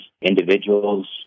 individuals